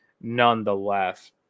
nonetheless